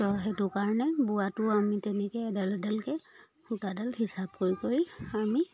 তো সেইটো কাৰণে বোৱাটো আমি তেনেকৈ এডাল এডালকৈ সূতাডাল হিচাপ কৰি কৰি আমি